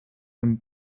them